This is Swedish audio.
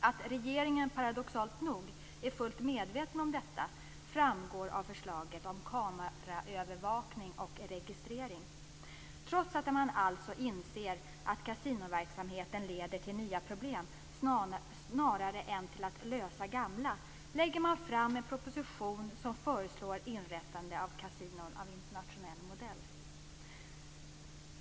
Att regeringen paradoxalt nog är fullt medveten om detta framgår av förslaget om kameraövervakning och registrering. Trots att man alltså inser att kasinoverksamheten leder till nya problem snarare än till att man löser gamla lägger man fram en proposition som föreslår inrättade av kasinon av internationell modell.